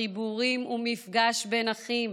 חיבורים ומפגש בין אחים